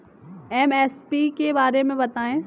MSP के बारे में बतायें?